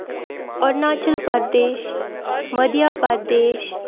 Arunachal Pradesh Madhya Pradesh